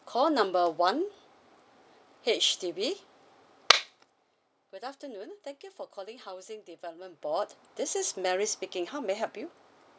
call number one H_D_B good afternoon thank you for calling housing development board this is mary speaking how may I help you